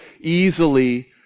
easily